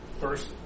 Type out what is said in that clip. first